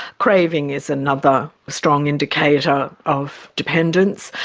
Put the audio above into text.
craving is another strong indicator of dependence.